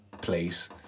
place